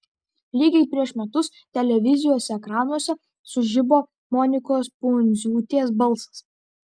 lygiai prieš metus televizijos ekranuose sužibo monikos pundziūtės balsas